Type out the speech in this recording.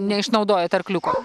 neišnaudojat arkliuko